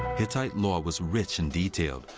hittite law was rich and detailed,